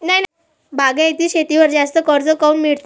बागायती शेतीवर जास्त कर्ज काऊन मिळते?